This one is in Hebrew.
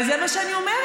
אבל זה מה שאני אומרת.